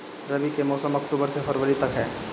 रबी के मौसम अक्टूबर से फ़रवरी तक ह